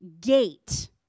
gate